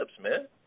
man